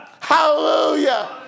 Hallelujah